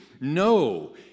No